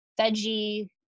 veggie